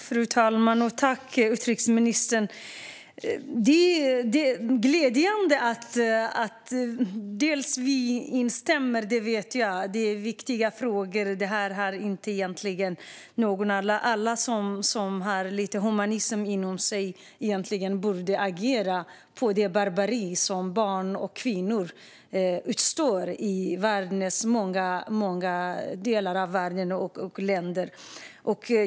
Fru talman! Det är glädjande att vi är överens. Detta är viktiga frågor, och alla som har lite humanism inom sig borde egentligen agera mot det barbari som barn och kvinnor får utstå i många delar av världen.